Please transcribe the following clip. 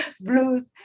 blues